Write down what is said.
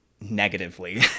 negatively